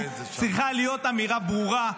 צריכה להיות אמירה ברורה,